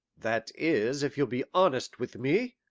that is, if you'll be honest with me.